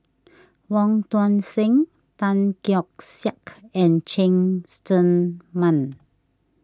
Wong Tuang Seng Tan Keong Saik and Cheng Tsang Man